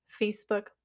Facebook